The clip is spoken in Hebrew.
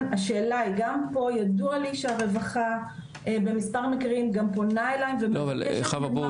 גם פה ידוע לי שהרווחה במספר מקרים גם פונה אליהם ומבקשת --- חוה,